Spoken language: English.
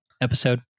episode